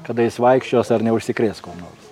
kada jis vaikščios ar neužsikrės kuo nors